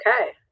Okay